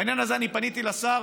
בעניין הזה אני פניתי לשר.